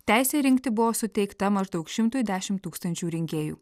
teisė rinkti buvo suteikta maždaug šimtui dešim tūkstančių rinkėjų